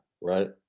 right